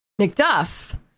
McDuff